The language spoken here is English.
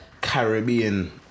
Caribbean